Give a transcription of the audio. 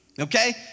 okay